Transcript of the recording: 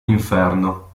inferno